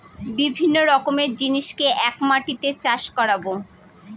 বিভিন্ন রকমের জিনিসকে এক মাটিতে চাষ করাবো